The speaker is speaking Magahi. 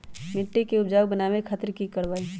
मिट्टी के उपजाऊ बनावे खातिर की करवाई?